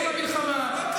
15% בפשיעה הערבית,